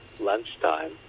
lunchtime